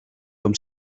com